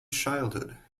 childhood